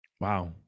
Wow